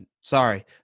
sorry